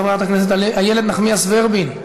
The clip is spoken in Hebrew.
חברת הכנסת איילת נחמיאס ורבין,